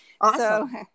Awesome